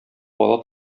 бала